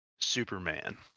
superman